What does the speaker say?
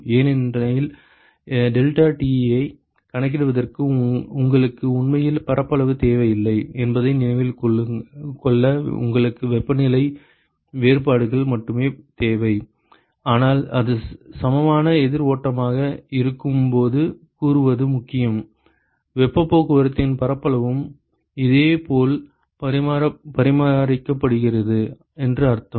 ஏனெனில் டெல்டாடியை கணக்கிடுவதற்கு உங்களுக்கு உண்மையில் பரப்பளவு தேவையில்லை என்பதை நினைவில் கொள்ள உங்களுக்கு வெப்பநிலை வேறுபாடுகள் மட்டுமே தேவை ஆனால் அது சமமான எதிர் ஓட்டமாக இருக்கும் போது கூறுவது முக்கியம் வெப்பப் போக்குவரத்தின் பரப்பளவும் இதேபோல் பராமரிக்கப்படுகிறது என்று அர்த்தம்